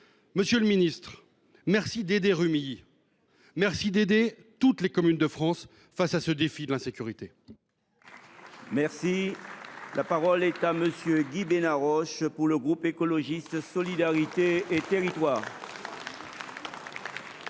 Monsieur le ministre, merci d’aider Rumilly ! Merci d’aider toutes les communes de France face au défi de l’insécurité. La parole est à M. Guy Benarroche, pour le groupe Écologiste – Solidarité et Territoires.